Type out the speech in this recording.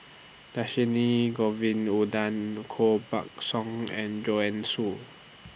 Dhershini Govin Winodan Koh Buck Song and Joanne Soo